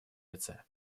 лице